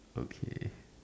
okay